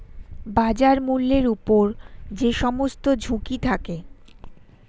বাজার মূল্যের উপর যে সমস্ত ঝুঁকি থাকে